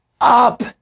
up